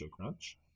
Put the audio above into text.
crunch